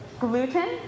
gluten